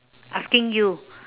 asking you